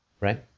Right